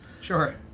Sure